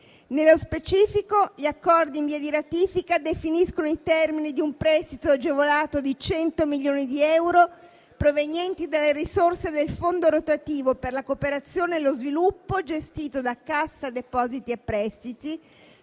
Nello specifico, gli accordi in via di ratifica definiscono i termini di un prestito agevolato di 100 milioni di euro provenienti dalle risorse del fondo rotativo per la cooperazione e lo sviluppo gestito da Cassa depositi e prestiti,